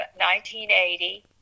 1980